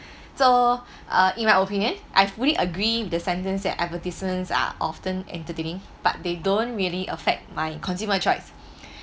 so uh in my opinion I fully agree with the sentence that advertisements are often entertaining but they don't really affect my consumer choice